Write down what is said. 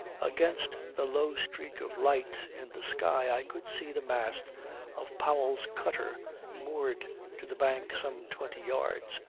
against the low streak of light in the sky i could see the mast of powell's cutter moored to the bank some twenty yards,